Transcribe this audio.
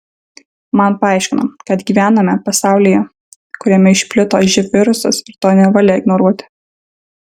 man paaiškino kad gyvename pasaulyje kuriame išplito živ virusas ir to nevalia ignoruoti